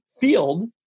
field